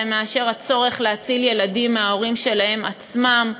מאשר הצורך להציל ילדים מההורים שלהם עצמם.